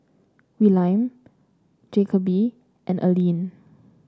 Willaim Jacoby and Alleen